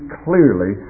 clearly